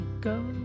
go